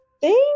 Thank